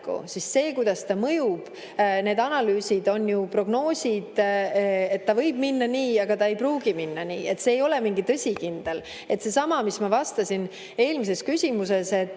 siis see, kuidas see mõjub … Need analüüsid on ju prognoosid: see võib minna nii, aga ei pruugi minna nii. See ei ole tõsikindel. Seesama, mis ma vastasin eelmises küsimuses: